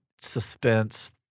suspense